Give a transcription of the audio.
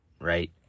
right